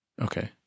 Okay